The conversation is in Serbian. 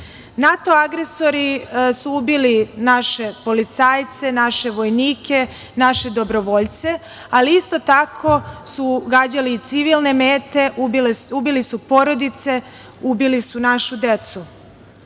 agresori su ubili naše policajce, naše vojnike, naše dobrovoljce, ali isto tako su gađali i civilne mete, ubili su porodice, ubili su našu decu.